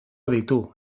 ditu